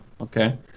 Okay